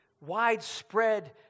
widespread